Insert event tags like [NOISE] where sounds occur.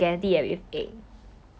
but you still need egg [LAUGHS]